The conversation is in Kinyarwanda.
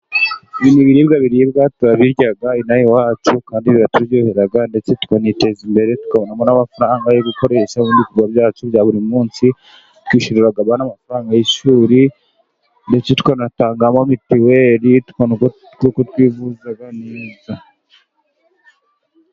Ibi ni ibiribwa biribwa, turabirya ino aha iwacu kandi biraturyohera, ndetse tukiteza imbere, tukabonamo n'amafaranga yo gukoresha, ibindi bikorwa byacu bya buri munsi, twishyurira n'amafaranga y'ishuri, ndetse tukanatangamo mitiweri, kuko twivuza neza.